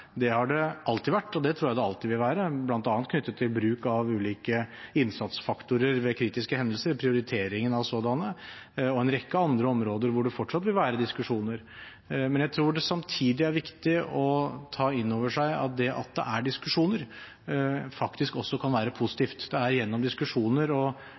det har det alltid vært, og det tror jeg det alltid vil være, bl.a. knyttet til bruk av ulike innsatsfaktorer ved kritiske hendelser og prioriteringer av sådanne, og på en rekke andre områder hvor det fortsatt vil være diskusjoner, men jeg tror det samtidig er viktig å ta innover seg at det at det er diskusjoner, faktisk også kan være positivt. Gjennom diskusjoner og